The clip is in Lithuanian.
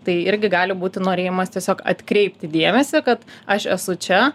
tai irgi gali būti norėjimas tiesiog atkreipti dėmesį kad aš esu čia